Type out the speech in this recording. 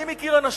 אני מכיר אנשים